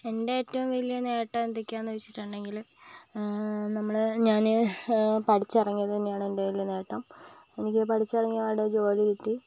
എൻ്റെ ഏറ്റവും വലിയ നേട്ടം എന്തൊക്കെയാണ് എന്ന് വെച്ചിട്ടുണ്ടങ്കിൽ നമ്മള് ഞാന് പഠിച്ച് ഇറങ്ങിയത് തന്നെയാണ് എൻ്റെ നേട്ടം എനിക്ക് പഠിച്ച് ഇറങ്ങിയ പാടെ ജോലി കിട്ടി